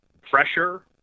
pressure